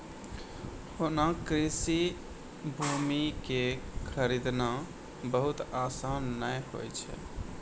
होना कृषि भूमि कॅ खरीदना बहुत आसान नाय होय छै